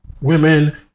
women